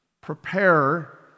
Prepare